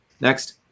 Next